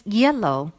yellow